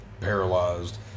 paralyzed